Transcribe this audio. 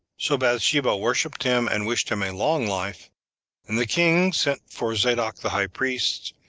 so bathsheba worshipped him, and wished him a long life and the king sent for zadok the high priest,